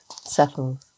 settles